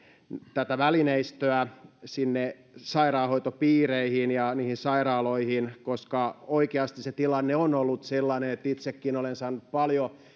tätä välineistöä sinne sairaanhoitopiireihin ja sairaaloihin koska oikeasti se tilanne on ollut sellainen itsekin olen saanut paljon